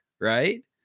right